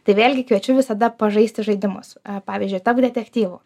tai vėlgi kviečiu visada pažaisti žaidimus pavyzdžiui tapt detektyvu